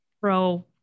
pro